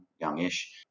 youngish